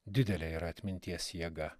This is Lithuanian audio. didelė yra atminties jėga